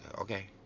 Okay